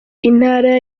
intara